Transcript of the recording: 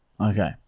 Okay